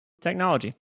technology